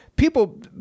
People